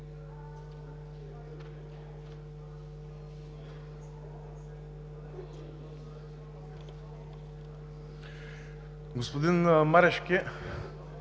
Господин Марешки,